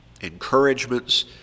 encouragements